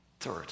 Third